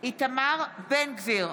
איתמר בן גביר,